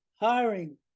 hiring